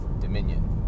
dominion